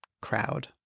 crowd